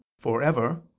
forever